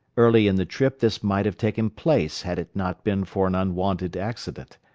early in the trip this might have taken place had it not been for an unwonted accident.